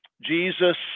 Jesus